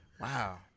Wow